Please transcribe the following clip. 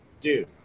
Dude